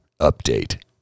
update